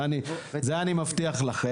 את זה אני מבטיח לכם.